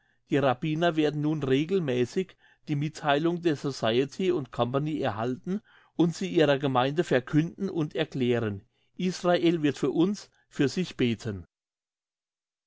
die rabbiner werden nun regelmässig die mittheilungen der society und company erhalten und sie ihrer gemeinde verkünden und erklären israel wird für uns für sich beten